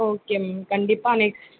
okay ma'am கண்டிப்பாக next